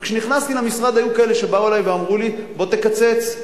וכשנכנסתי למשרד היו כאלה שבאו אלי ואמרו לי: בוא תקצץ,